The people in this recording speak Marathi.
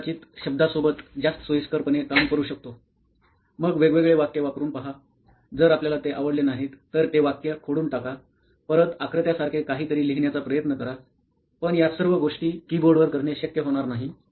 आपण कदाचित शब्दांसोबत जास्त सोयीस्करपणे काम करू शकतो मग वेगवेगळे वाक्य वापरून पहा जर आपल्याला ते आवडले नाहीत तर ते वाक्य खोडून टाका परत आकृत्या सारखे काहीतरी लिहिण्याचा प्रयत्न करा पण या सर्व गोष्टी कीबोर्डवर करणे शक्य होणार नाही